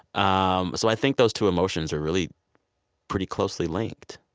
um so i think those two emotions are really pretty closely linked.